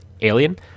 Alien